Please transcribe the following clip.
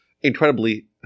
incredibly